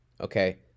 okay